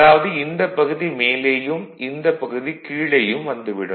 அதாவது இந்தப் பகுதி மேலேயும் இந்தப் பகுதி கீழேயும் வந்துவிடும்